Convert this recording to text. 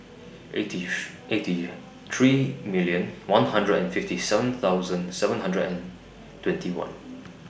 eighty eighty three million one hundred and fifty seven thousand seven hundred and twenty one